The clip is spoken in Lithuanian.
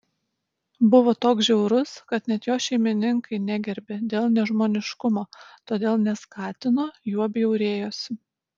buvo toks žiaurus kad net jo šeimininkai negerbė dėl nežmoniškumo todėl neskatino juo bjaurėjosi